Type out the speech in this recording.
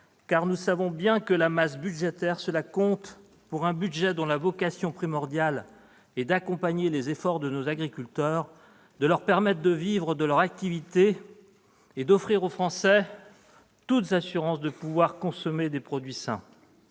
car nous savons bien que la masse budgétaire, cela compte pour un budget dont la vocation primordiale est d'accompagner les efforts de nos agriculteurs, de leur permettre de vivre de leur activité et d'offrir aux Français toutes assurances de pouvoir consommer des produits sains.